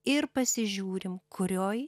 ir pasižiūrim kurioj